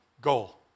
goal